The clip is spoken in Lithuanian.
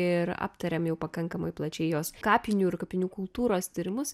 ir aptarėm jau pakankamai plačiai jos kapinių ir kapinių kultūros tyrimus